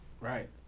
Right